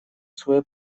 своё